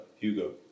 Hugo